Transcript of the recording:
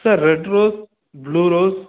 sir red rose blue rose